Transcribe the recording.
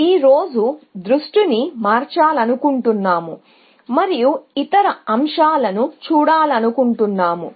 ఈ రోజు ఇతర అంశాలను చూడాలనుకుంటున్నాము